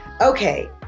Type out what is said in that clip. okay